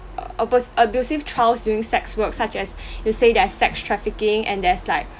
uh abus~ abusive trials doing sex work such as you say there's sex trafficking and there's like